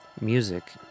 music